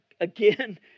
again